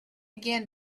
again